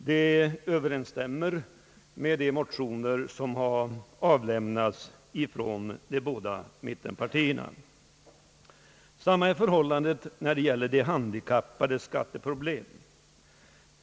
Det överensstämmer med de motioner som har avlämnats från de båda mittenpartierna. Samma är förhållandet när det gäller de handikappades skatteproblem.